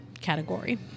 category